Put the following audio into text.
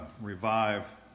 revive